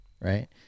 right